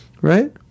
Right